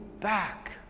back